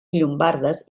llombardes